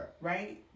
Right